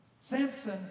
Samson